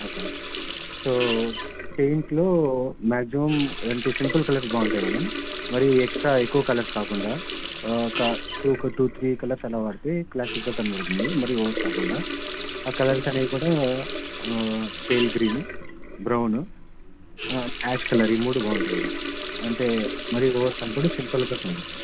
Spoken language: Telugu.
ఓకే సో పెయింట్లో మ్యాక్సిమమ్ అంటే సింపుల్ కలర్స్ బాగుంటాయి మేడం మరి ఎక్స్ట్రా ఎక్కువ కలర్స్ కాకుండా ఒక టూ టూ త్రీ కలర్స్ అలా పడితే క్లాసిగా కనపడుతుంది మరి ఓవర్ కాకుండా ఆ కలర్స్ అనేవి కూడా pale green brown ash colour ఈ మూడు బాగుంటాయి మేడం అంటే మరి ఓవర్ కనపడదు సింపుల్గా కనపడుతుంది